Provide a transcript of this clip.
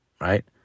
right